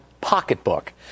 pocketbook